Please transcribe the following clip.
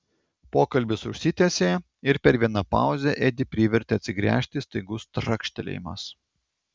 pokalbis užsitęsė ir per vieną pauzę edį privertė atsigręžti staigus trakštelėjimas